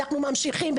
אנחנו ממשיכים,